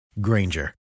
Granger